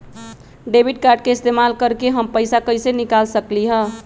Debit card के इस्तेमाल करके हम पैईसा कईसे निकाल सकलि ह?